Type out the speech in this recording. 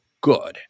good